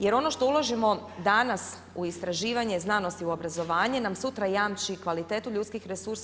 Jer ono što uložimo danas u istraživanje, znanost i u obrazovanje nam sutra jamči kvalitetu ljudskih resursa.